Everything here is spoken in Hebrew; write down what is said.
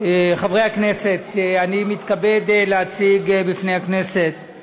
חברי הכנסת, אני מתכבד להציג בפני הכנסת את